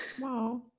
Wow